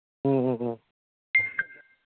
ꯎꯝ ꯎꯝ ꯎꯝ